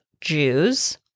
Jews